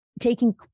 taking